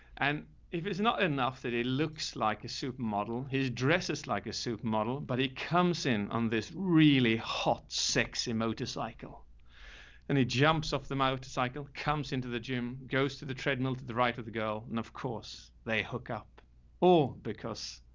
and if it's not enough that he looks like a supermodel, his dress is like a soup model. but he comes in on this really hot, sexy motorcycle and he jumps off the motorcycle, comes into the gym, goes to the treadmill, to the right of the girl, and of course they hook up or because.